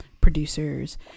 producers